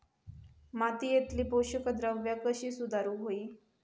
मातीयेतली पोषकद्रव्या कशी सुधारुक होई?